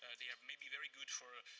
ah they are maybe very good for